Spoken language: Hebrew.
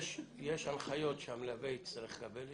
יש הנחיות שהמלווה יצטרך לקבל,